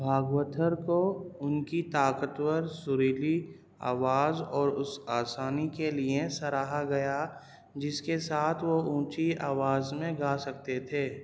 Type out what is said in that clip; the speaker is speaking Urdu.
بھاگوتھر کو ان کی طاقتور سریلی آواز اور اس آسانی کے لیے سراہا گیا جس کے ساتھ وہ اونچی آواز میں گا سکتے تھے